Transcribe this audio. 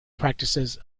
practices